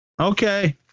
Okay